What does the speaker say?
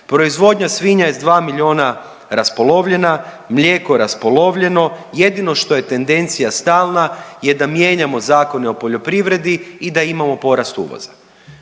Proizvodnja svinja je sa 2 milijuna raspolovljena, mlijeko raspolovljeno. Jedino što je tendencija stalna je da mijenjamo zakone o poljoprivredi i da imamo porast uvoza.